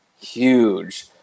huge